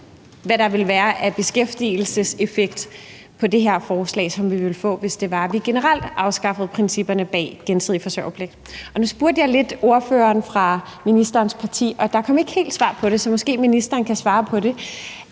hvad der ville være af beskæftigelseseffekt af det her forslag, som vi ville få, hvis vi i stedet for generelt afskaffede principperne bag gensidig forsørgerpligt. Nu spurgte jeg lidt ordføreren for ministerens parti, og der kom ikke helt svar på det. Så måske kan ministeren svare på det.